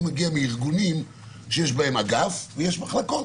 אני מגיע מארגונים שיש בהם אגף ויש מחלקות.